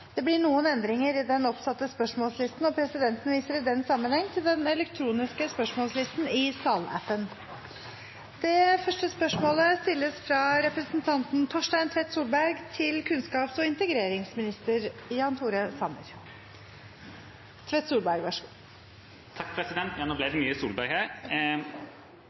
Det blir noen endringer i den oppsatte spørsmålslisten, og presidenten viser i den sammenheng til den elektroniske spørsmålslisten i salappen. Endringene var som følger: Spørsmål 1, fra representanten Marit Knutsdatter Strand til